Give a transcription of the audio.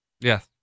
Yes